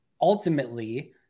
ultimately